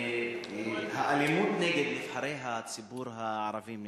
האלימות נגד נבחרי הציבור הערבי נמשכת.